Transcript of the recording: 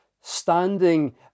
standing